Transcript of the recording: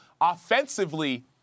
offensively